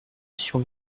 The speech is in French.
sur